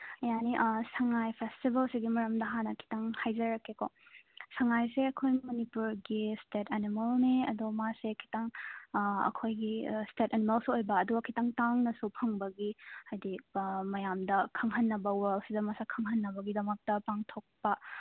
ꯌꯥꯅꯤ ꯁꯉꯥꯏ ꯐꯦꯁꯇꯤꯚꯦꯜꯁꯤꯒꯤ ꯃꯔꯝꯗ ꯍꯥꯟꯅ ꯈꯤꯇꯪ ꯍꯥꯏꯖꯔꯛꯀꯦꯀꯣ ꯁꯉꯥꯏꯁꯦ ꯑꯩꯈꯣꯏ ꯃꯅꯤꯄꯨꯔꯒꯤ ꯁ꯭ꯇꯦꯠ ꯑꯅꯤꯃꯦꯜꯅꯤ ꯑꯗꯣ ꯃꯥꯁꯦ ꯈꯤꯇꯪ ꯑꯩꯈꯣꯏꯒꯤ ꯁ꯭ꯇꯦꯠ ꯑꯅꯤꯃꯜꯁꯨ ꯑꯣꯏꯕ ꯑꯗꯨꯒ ꯈꯤꯇꯪ ꯇꯥꯡꯅꯁꯨ ꯐꯪꯕꯒꯤ ꯍꯥꯏꯗꯤ ꯃꯌꯥꯝꯗ ꯈꯪꯍꯟꯅꯕ ꯋꯥꯔꯜꯁꯤꯗ ꯃꯁꯛ ꯈꯪꯍꯟꯅꯕꯒꯤꯗꯃꯛꯇ ꯄꯥꯡꯊꯣꯛꯄ